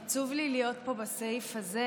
עצוב לי להיות פה בסעיף הזה,